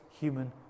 human